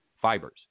fibers